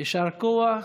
יישר כוח.